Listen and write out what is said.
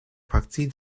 partie